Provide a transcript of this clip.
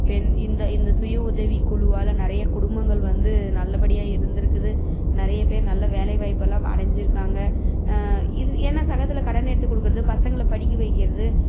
பெண் இந்த இந்த சுயஉதவி குழுவால் நிறைய குடும்பங்கள் வந்து நல்லபடியாக இருந்திருக்குது நிறைய பேர் நல்ல வேலை வாய்ப்பெல்லாம் அடைஞ்சிருக்காங்க இது ஏன்னா சங்கத்தில் கடன் எடுத்து கொடுக்கிறது பசங்களை படிக்க வைக்கிறது